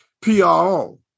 PRO